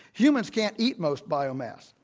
umans can't eat most biomass.